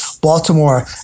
Baltimore